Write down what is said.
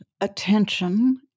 attention